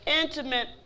intimate